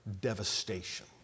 devastation